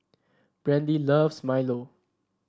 Brandie loves Milo